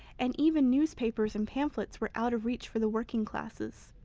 and even newspapers and pamphlets were out of reach for the working classes.